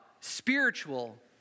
spiritual